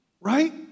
right